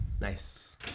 Nice